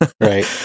right